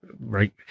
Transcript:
right